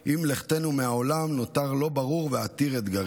עם לכתנו מהעולם נותר לא ברור ועתיר אתגרים.